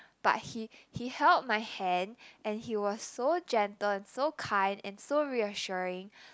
but he he held my hand and he was so gentle and so kind and so reassuring